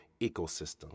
ecosystem